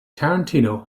tarantino